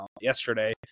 yesterday